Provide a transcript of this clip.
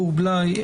גור בליי,